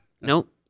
Nope